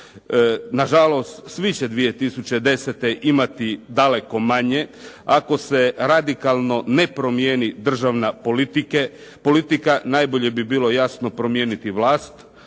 Nažalost, svi će 2010. imati daleko manje ako se radikalno ne promijeni državna politika najbolje bi bilo, jasno, promijeniti vlast